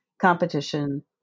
competition